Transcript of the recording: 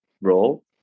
role